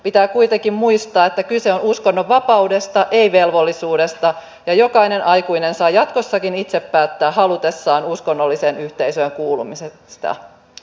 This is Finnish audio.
pitää kuitenkin muistaa että kyse on uskonnonvapaudesta ei velvollisuudesta ja jokainen aikuinen saa jatkossakin itse päättää halutessaan uskonnolliseen yhteisöön kuulumisesta